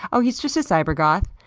oh, he's just a cyber-goth.